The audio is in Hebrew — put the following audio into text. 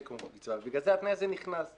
כמו בקצבה ובגלל זה התנאי הזה נכנס.